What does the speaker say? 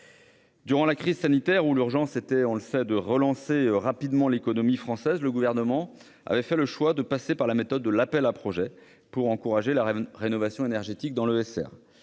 Durant la crise sanitaire, quand l'urgence était de relancer rapidement l'économie française, le Gouvernement a fait le choix de passer par la méthode de l'appel à projets pour encourager la rénovation énergétique dans